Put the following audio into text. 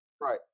right